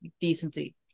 decency